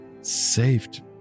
saved